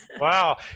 Wow